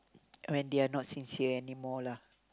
when they're not sincere anymore lah